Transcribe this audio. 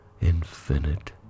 infinite